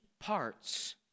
parts